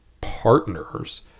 partners